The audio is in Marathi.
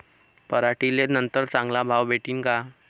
पराटीले नंतर चांगला भाव भेटीन का?